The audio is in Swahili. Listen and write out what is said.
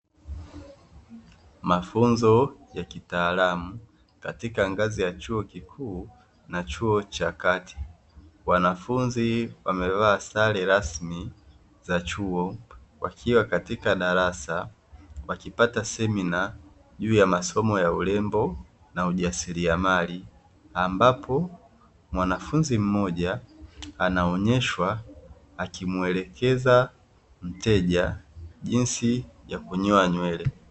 Mafunzo ya kitaalamu katika ngazi ya chuo kikuu na chuo cha kati. Wanafunzi wamevaa sare rasmi za chuo wakiwa katika darasa, wakipata semina juu ya masomo ya urembo na ujasiliamali, ambapo mwanafunzi mmoja, anaonyeshwa akimwelekeza mteja jinsi ya kunyoa nywele.